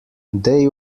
they